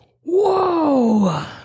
Whoa